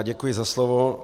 Děkuji za slovo.